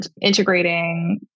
integrating